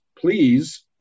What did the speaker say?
please